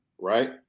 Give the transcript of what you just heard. right